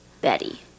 betty